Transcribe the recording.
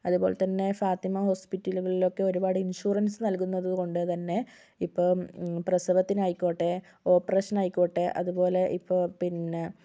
അതുപോലെ തന്നെ ഫാത്തിമ ഹോസ്പിറ്റലുകളിലൊക്കെ ഒരുപാട് ഇൻഷുറൻസ് നൽകുന്നത് കൊണ്ട് തന്നെ ഇപ്പം പ്രസവത്തിനായിക്കോട്ടെ ഓപ്പറേഷന് ആയിക്കോട്ടെ അതുപോലെ ഇപ്പോൾ പിന്നെ